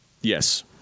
Yes